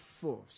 force